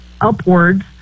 upwards